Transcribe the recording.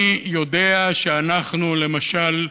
אני יודע שאנחנו, למשל,